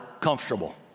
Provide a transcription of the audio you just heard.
comfortable